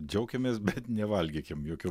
džiaukimės bet nevalgykim jokiu